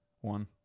One